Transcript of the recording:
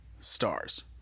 stars